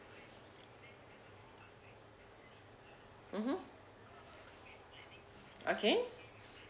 mmhmm okay